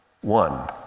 One